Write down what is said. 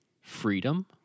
freedom